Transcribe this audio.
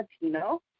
Latino